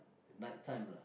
night time lah